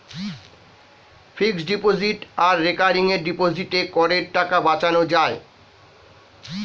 fixed deposit আর recurring ডিপোজিটে করের টাকা বাঁচানো যায়